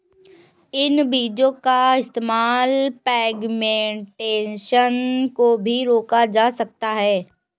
इन बीजो का इस्तेमाल पिग्मेंटेशन को भी रोका जा सकता है